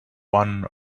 one